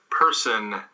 person